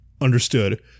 understood